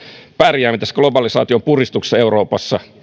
pärjäämme tässä globalisaation puristuksessa euroopassa